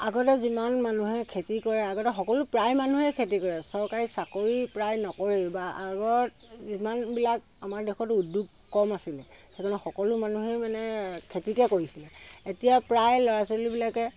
আগতে যিমান মানুহে খেতি কৰে আগতে সকলো প্ৰায় মানুহে খেতি কৰে চৰকাৰী চাকৰি প্ৰায় নকৰেই বা আগৰ যিমানবিলাক আমাৰ দেশত উদ্যোগ কম আছিলে সেইকাৰণে সকলো মানুহে মানে খেতিকেই কৰিছিলে এতিয়া প্ৰায় ল'ৰা ছোৱালীবিলাকে